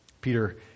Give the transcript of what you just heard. Peter